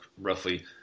roughly